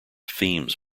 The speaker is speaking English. themes